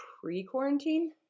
pre-quarantine